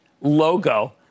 logo